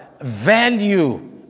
value